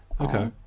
Okay